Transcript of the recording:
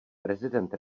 prezident